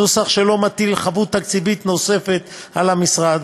נוסח שלא מטיל חבות תקציבית נוספת על המשרד.